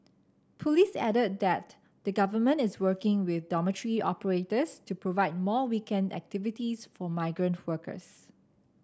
police added that the Government is working with dormitory operators to provide more weekend activities for migrant workers